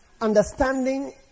understanding